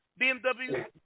BMW